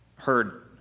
heard